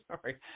sorry